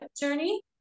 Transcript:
journey